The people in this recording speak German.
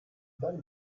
dann